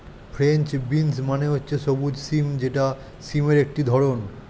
French beans মানে হচ্ছে সবুজ সিম যেটি সিমের একটি ধরণ